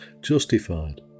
justified